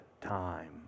time